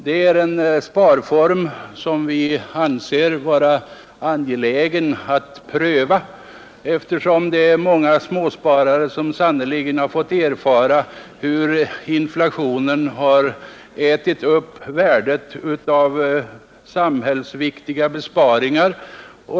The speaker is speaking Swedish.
Det är en sparform som vi anser det vara angeläget att pröva, eftersom många småsparare sannerligen har fått erfara hur inflationen ätit upp värdet av samhällsviktiga besparingar.